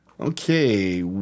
okay